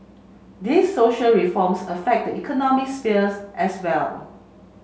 these social reforms affect the economic spheres as well